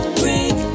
break